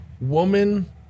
woman